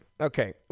Okay